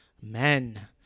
men